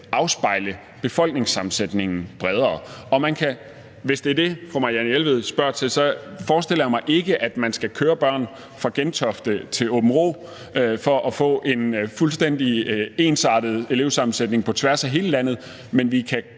afspejle befolkningssammensætningen bredere. Jeg forestiller mig ikke, hvis det er det, fru Marianne Jelved spørger til, at man skal køre børn fra Gentofte til Aabenraa for at få en fuldstændig ensartet elevsammensætning på tværs af hele landet, men vi kan